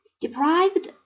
deprived